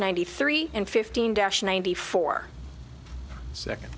ninety three and fifteen dash ninety four second